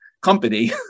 company